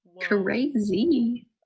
Crazy